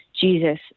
Jesus